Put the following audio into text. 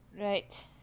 Right